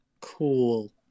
Cool